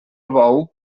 bou